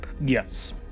Yes